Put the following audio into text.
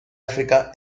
áfrica